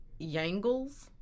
yangles